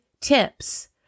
tips